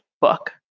book